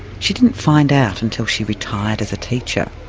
she didn't find out until she retired as a teacher.